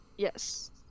Yes